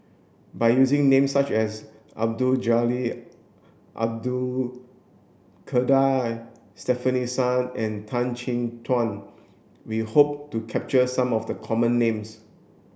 by using names such as Abdul Jalil Abdul Kadir Stefanie Sun and Tan Chin Tuan we hope to capture some of the common names